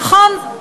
נכון,